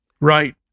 Right